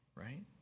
right